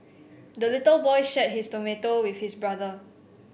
the little boy shared his tomato with his brother